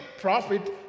profit